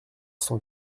cent